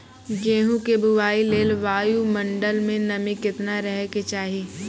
गेहूँ के बुआई लेल वायु मंडल मे नमी केतना रहे के चाहि?